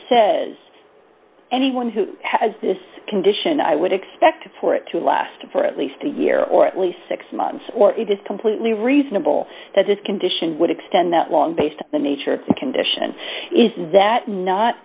says anyone who has this condition i would expect for it to last for at least a year or at least six months or it is completely reasonable that his condition would extend that long based on the nature of the condition is that not